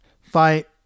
fight